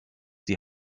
die